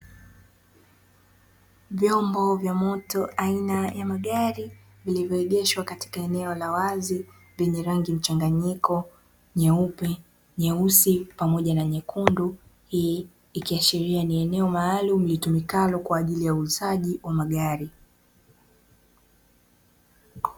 Vyombo vya moto aina ya magari vilivyoegeshwa katika eneo la wazi, venye rangi mchanganyiko nyeupe, nyeusi pamoja na nyekundu. Hii ikiashiria eneo maalum litumikalo kwaajili ya uuzaji magari.